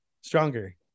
Stronger